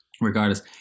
regardless